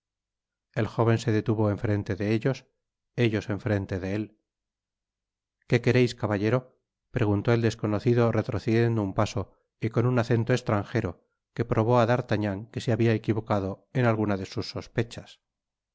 et jóven se detuvo en frente de ellos ellos en frente de él qué quereis caballero preguntó el desconocido retrocediendo un paso y con un acento estrangero que probó á d'artagnan que se habia equivocado en alguna de sus sospechas